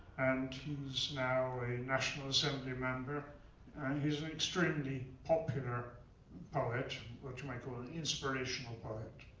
and he's now a national assembly member. and he's an extremely popular poet what you might call an inspirational poet.